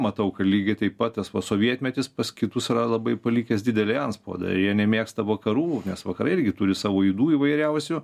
matau kad lygiai taip pat tas va sovietmetis pas kitus yra labai palikęs didelį antspaudą ir jie nemėgsta vakarų nes vakarai irgi turi savo ydų įvairiausių